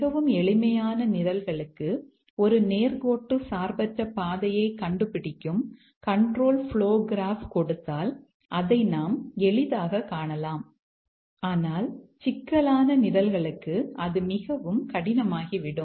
மிகவும் எளிமையான நிரல்களுக்கு ஒரு நேர்கோட்டு சார்பற்ற பாதையைக் கண்டுபிடிக்கும் கண்ட்ரோல் ப்ளோ கிராப் கொடுத்தால் அதை நாம் எளிதாகக் காணலாம் ஆனால் சிக்கலான நிரல்களுக்கு இது மிகவும் கடினமாகிவிடும்